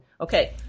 Okay